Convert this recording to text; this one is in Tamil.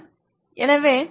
எனவே Ly0